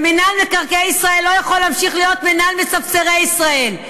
מינהל מקרקעי ישראל לא יכול להמשיך להיות מינהל מספסרי ישראל,